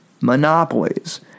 monopolies